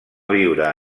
viure